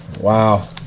Wow